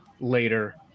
later